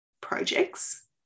projects